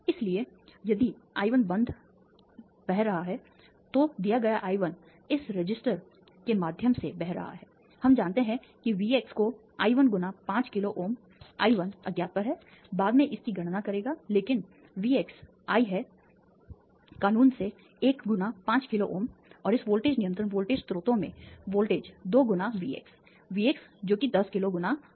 इसलिए यदि I 1 यहां बह रहा है तो दिया गया I 1 इस रजिस्टर के माध्यम से बह रहा है हम जानते हैं कि V x को I 1 गुना 5 किलोΩ I 1 अज्ञात पर है बाद में इसकी गणना करेगा लेकिन vx I है कानून से 1 गुना 5 किलोΩ और इस वोल्टेज नियंत्रण वोल्टेज स्रोतों में वोल्टेज 2 गुना VxVx जो कि 10 किलो गुना I 1 है